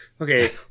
Okay